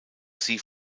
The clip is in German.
sie